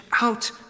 out